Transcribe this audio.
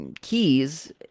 keys